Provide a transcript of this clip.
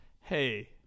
hey